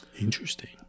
Interesting